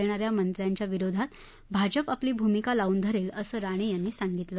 देणाऱ्या मंत्र्यांच्या विरोधात भाजप आपली भूमिका लावून धरेल असं राणे यांनी सांगितलं